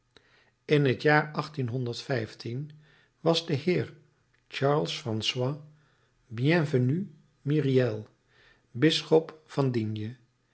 in het jaar was de heer charles françois bienvenu myriel bisschop van digne